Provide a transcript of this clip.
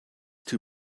too